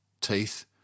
teeth